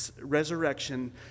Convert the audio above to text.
resurrection